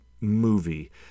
movie